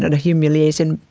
the humiliation.